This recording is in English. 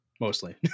mostly